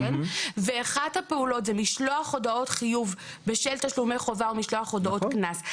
אחת הפעולות זה משלוח הודעות חיוב בשל תשלומי חובה או משלוח הודעות קנס.